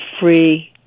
free